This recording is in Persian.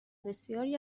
بسیاری